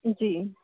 जी